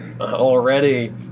already